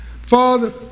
Father